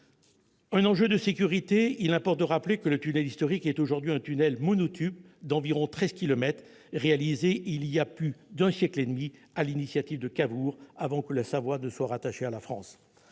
un enjeu de sécurité. Il importe de rappeler que le tunnel historique est un tunnel monotube d'environ 13 kilomètres réalisé il y a plus d'un siècle et demi sur l'initiative de Cavour, avant que la Savoie soit rattachée à la France.